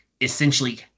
essentially